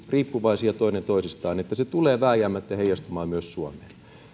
riippuvaisia toinen toisistaan että se tulee vääjäämättä heijastumaan myös suomeen